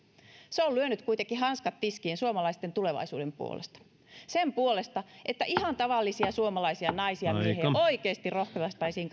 se on lyönyt kuitenkin hanskat tiskiin suomalaisten tulevaisuuden puolesta sen puolesta että ihan tavallisia suomalaisia naisia oikeasti rohkaistaisiin